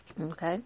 okay